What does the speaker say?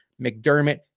McDermott